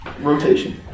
rotation